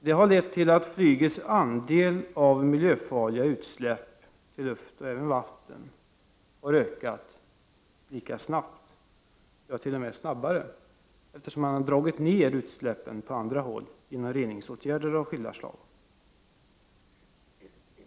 Det har lett till att flygets andel av miljöfarliga utsläpp i luften och även i vatten har ökat lika snabbt — ja t.o.m. snabbare, eftersom man dragit ned utsläppen på andra håll genom reningsåtgärder av skilda slag.